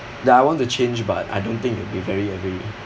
ya I want to change but I don't think it'll be very